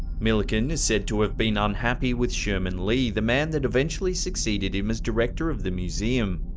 milliken is said to have been ah unhappy with sherman lee, the man that eventually succeeded him as director of the museum.